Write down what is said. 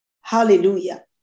Hallelujah